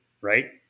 right